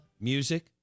music